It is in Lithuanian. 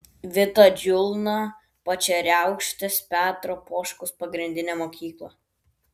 vita džiulna pačeriaukštės petro poškaus pagrindinė mokykla